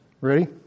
Ready